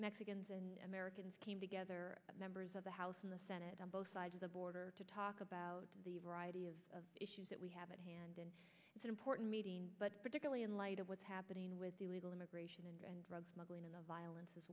mexicans and americans came together members of the house and the senate on both sides of the border to talk about the variety of issues that we have at hand and it's an important meeting but particularly in light of what's happening with the illegal immigration and drug smuggling and the violence as